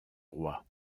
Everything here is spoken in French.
roi